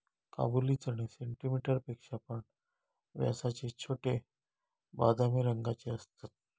काबुली चणे सेंटीमीटर पेक्षा पण व्यासाचे छोटे, बदामी रंगाचे असतत